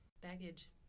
baggage